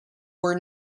were